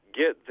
get